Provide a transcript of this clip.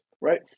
right